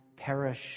Perish